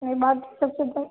ma'am आप सच बताऊँ